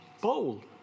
Bold